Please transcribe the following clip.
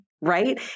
Right